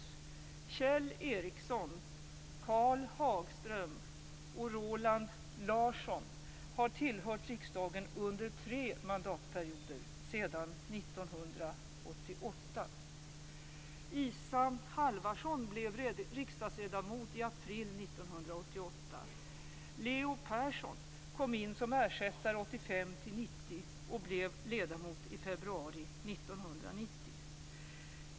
Larsson har tillhört riksdagen under tre mandatperioder sedan 1988. Leo Persson kom in som ersättare 1985-1990 och blev ledamot i februari 1990.